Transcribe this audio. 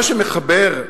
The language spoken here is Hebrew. מה שמחבר,